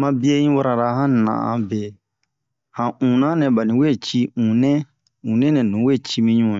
Ma biɛ in wara la han nan'an be han una nɛ bani we ci une une nɛ nu we ci mi ɲu